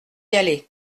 aller